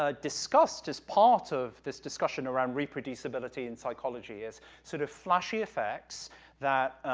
ah discussed as part of this discussion around reproducibility in psychology, as sort of flashy effects that,